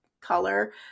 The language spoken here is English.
color